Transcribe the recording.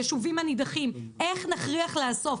היישובים הנידחים איך נכריח לאסוף?